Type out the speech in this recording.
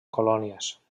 colònies